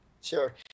sure